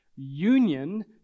Union